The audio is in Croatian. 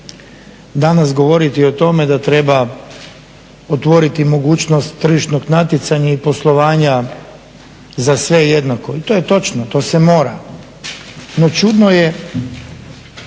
danas govoriti o tome da treba otvoriti mogućnosti tržišnog natjecanja i poslovanja za sve jednako. I to je točno, to se mora, no čudno je